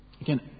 Again